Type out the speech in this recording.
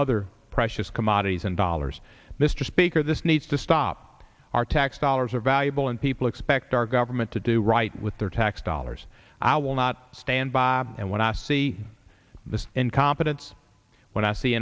other precious commodities and dollars mr speaker this needs to stop our tax dollars are valuable and people expect our government to do right with their tax dollars i will not stand by and when i see this incompetence when i see